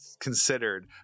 considered